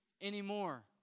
anymore